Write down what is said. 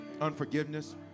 unforgiveness